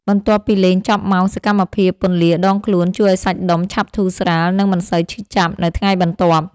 បន្ទាប់ពីលេងចប់ម៉ោង សកម្មភាពពន្លាដងខ្លួនជួយឱ្យសាច់ដុំឆាប់ធូរស្រាល និងមិនសូវឈឺចាប់នៅថ្ងៃបន្ទាប់។